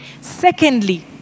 secondly